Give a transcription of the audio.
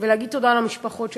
ולהגיד תודה למשפחות שלכם,